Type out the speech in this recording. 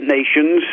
Nations